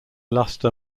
luster